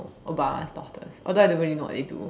Obama's daughters although I don't really know what they do